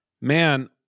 Man